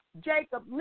Jacob